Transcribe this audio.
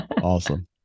Awesome